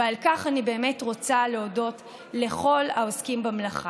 ועל כך אני רוצה להודות לכל העוסקים במלאכה.